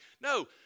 no